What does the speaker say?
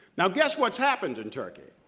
now, guess what's happened in turkey?